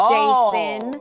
Jason